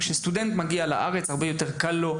כשסטודנט מגיע לארץ אזי קל לו יותר להשתלב